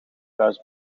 thuis